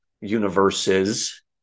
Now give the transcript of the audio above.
universes